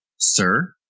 Sir